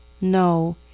No